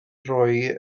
roi